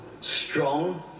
strong